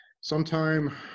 Sometime